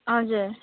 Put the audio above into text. हजुर